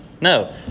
No